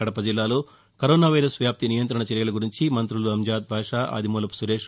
కడప జిల్లాలో corona virus వ్యాప్తి నియంత్రణ చర్యల గురించి మంతులు అంజాద్ బాషా ఆదిమూలపు సురేష్